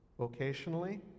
vocationally